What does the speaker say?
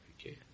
Okay